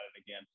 again